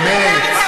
באמת,